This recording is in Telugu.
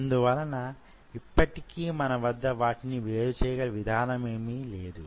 అందువలన యిప్పటికీ మనవద్ద వాటిని వేరు చేయగల విధానమేమీలేదు